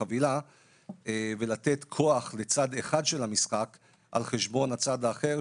החבילה ולתת כוח לצד אחד של המשחק על חשבון הצד האחר,